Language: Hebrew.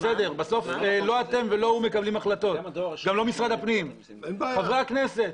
בסוף לא הוא ולא אתם ולא משרד הפנים מקבלים החלטות אלא חברי הכנסת.